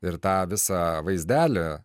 ir tą visą vaizdelį